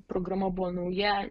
programa buvo nauja